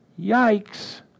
Yikes